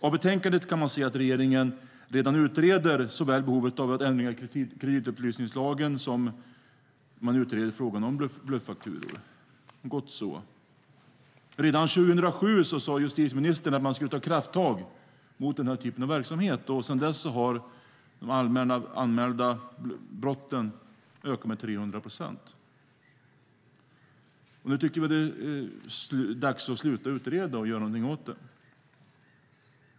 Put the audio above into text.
Av betänkandet kan man se att regeringen för närvarande utreder såväl behovet av ändringar i kreditupplysningslagen som frågan om bluffakturor. Gott så. Redan 2007 sade justitieministern att man skulle ta krafttag mot den här typen av verksamhet. Sedan dess har de anmälda brotten ökat med 300 procent. Vi tycker att det är dags att sluta utreda och i stället göra någonting åt det.